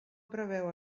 preveu